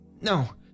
no